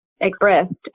expressed